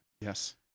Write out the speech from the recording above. Yes